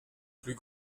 plus